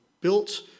built